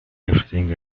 everything